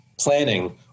planning